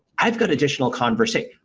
i've got additional conversation.